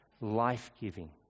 life-giving